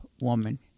woman